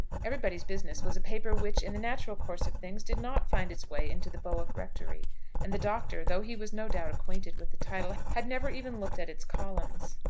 everybody's business was a paper which, in the natural course of things, did not find its way into the bowick rectory and the doctor, though he was no doubt acquainted with the title, had never even looked at its columns.